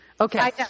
Okay